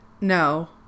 No